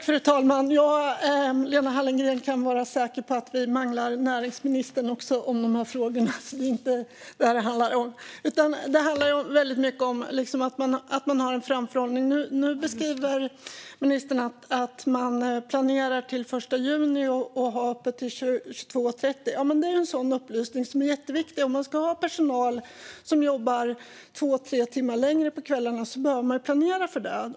Fru talman! Lena Hallengren kan vara säker på att vi också manglar näringsministern i dessa frågor, så det handlar inte om det. Detta handlar väldigt mycket om framförhållning. Nu beskriver ministern att man planerar för öppet till 22.30 från den 1 juni. Ja, men det är en sådan upplysning som är jätteviktig. Om man ska ha personal som jobbar två, tre timmar längre på kvällarna behöver man planera för det.